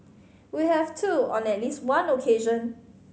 we have too on at least one occasion